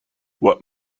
what